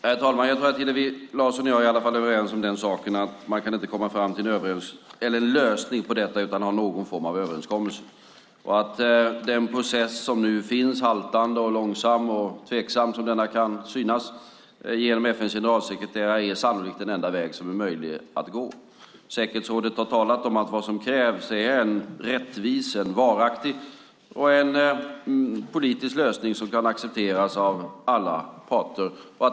Herr talman! Hillevi Larsson och jag är överens om att man inte kan komma fram till en lösning på detta utan någon form av överenskommelse. Den process som nu finns - haltande, långsam och tveksam som den kan synas - genom FN:s generalsekreterare är sannolikt den enda väg som är möjlig att gå. Säkerhetsrådet har talat om att vad som krävs är en rättvis, varaktig och politisk lösning som kan accepteras av alla parter.